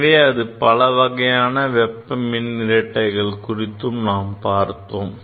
எனவே பல வகையான வெப்ப மின் இரட்டையகள் குறித்தும் நாம் பார்த்தோம்